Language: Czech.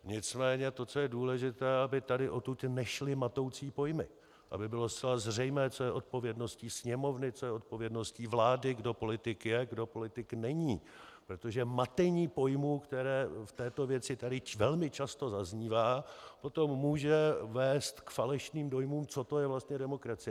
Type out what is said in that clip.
Nicméně je důležité, aby tady odtud nešly matoucí pojmy, aby bylo zcela zřejmé, co je odpovědností Sněmovny, co je odpovědností vlády, kdo politik je, kdo politik není, protože matení pojmů, které v této věci tady velmi často zaznívá, potom může vést k falešným dojmům, co to je vlastně demokracie.